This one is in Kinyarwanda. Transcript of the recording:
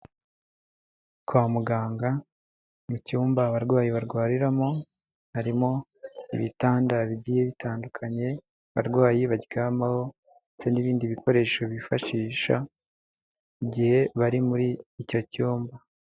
Kwa muganga mu cyumba abarwayi barwariramo harimo ibitanda bigiye bitandukanye abarwayi baryamaho, ndetse n'ibindi bikoresho bifashisha igihe bari muri icyo cyumba.